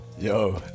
yo